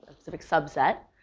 specific subset.